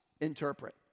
interpret